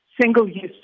single-use